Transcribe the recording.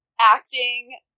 acting